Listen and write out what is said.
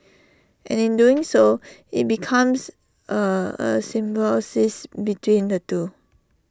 and in doing so IT becomes A a symbol says between the two